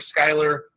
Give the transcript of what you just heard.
Skyler